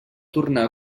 tornar